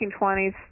1920s